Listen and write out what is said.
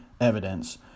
evidence